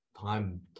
Time